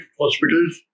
hospitals